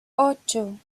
ocho